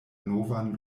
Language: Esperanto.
novan